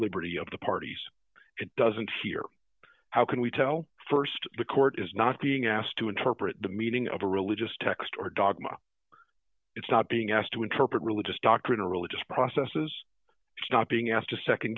liberty of the parties it doesn't here how can we tell st the court is not being asked to interpret the meaning of a religious text or dogma it's not being asked to interpret religious doctrine or religious processes not being asked to